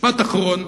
משפט אחרון.